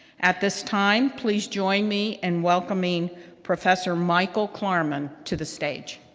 at this time, please join me in welcoming professor michael klarman to the stage.